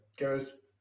goes